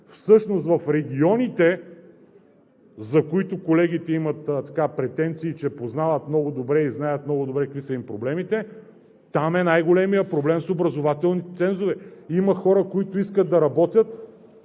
всъщност в регионите, за които колегите имат претенции, че познават много добре и знаят много добре какви са им проблемите, там е най-големият проблем с образователните цензове. Има хора, които искат да работят